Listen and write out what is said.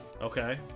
Okay